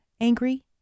angry